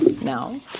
now